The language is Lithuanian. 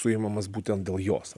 suimamas būtent dėl jos